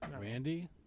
Randy